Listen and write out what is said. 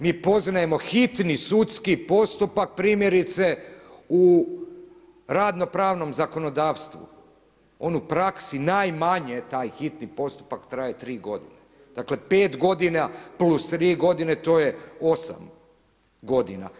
Mi poznajemo hitni sudski postupak primjerice u radno pravnom zakonodavstvu, on u praksi najmanje je taj hitni postupak traje tri godine, dakle pet godina plus tri godine to je osam godina.